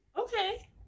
Okay